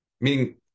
meaning